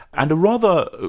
and a rather,